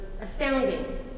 astounding